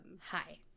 Hi